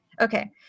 Okay